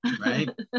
Right